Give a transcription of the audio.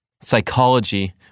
psychology